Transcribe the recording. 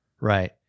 right